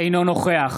אינו נוכח